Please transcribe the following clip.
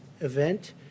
event